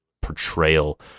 portrayal